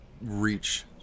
reach